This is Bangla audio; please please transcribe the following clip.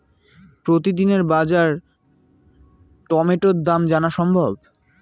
প্রতিদিনের বাজার টমেটোর দাম জানা সম্ভব?